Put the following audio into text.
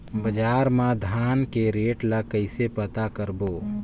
बजार मा धान के रेट ला कइसे पता करबो?